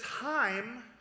time